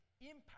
impact